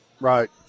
Right